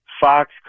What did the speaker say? Fox